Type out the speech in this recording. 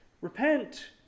repent